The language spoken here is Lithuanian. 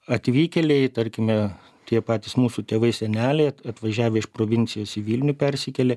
atvykėliai tarkime tie patys mūsų tėvai seneliai atvažiavę iš provincijos į vilnių persikėlę